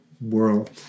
world